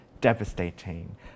devastating